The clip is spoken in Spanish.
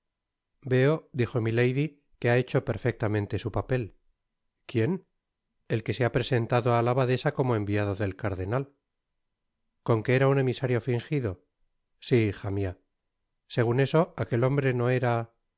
veo dijo milady que ha hecho perfectamente su papel quién el que se ha presentado á la abadesa como enviado del cardenal con que era un emisario fingido si hija mia segun eso aquel hombre no era